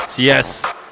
yes